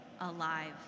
alive